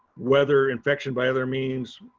whether infection by other means,